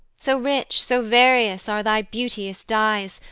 so rich, so various are thy beauteous dies,